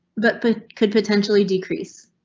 but but could potentially decrease.